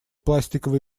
пластиковые